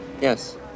Yes